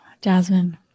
Jasmine